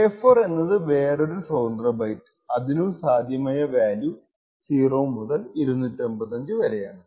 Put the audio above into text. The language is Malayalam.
K4 എന്നത് വേറൊരു സ്വതന്ത്ര ബൈറ്റ് അതിനും സാധ്യമായ വാല്യൂ 0 മുതൽ 255 വരെയാണ്